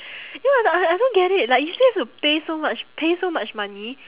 you know I I don't get it like you still have to pay so much pay so much money